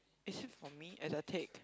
is it for me as I take